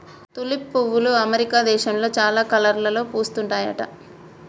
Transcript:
tulip పువ్వులు America దేశంలో చాలా కలర్లలో పూస్తుంటాయట